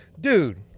Dude